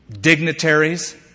dignitaries